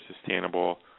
sustainable